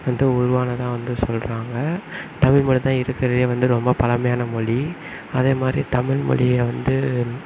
வந்து உருவானதாக வந்து சொல்கிறாங்க தமிழ்மொழி தான் இருக்கிறதுலியே வந்து ரொம்ப பழமையான மொழி அதேமாதிரி தமிழ்மொழியை வந்து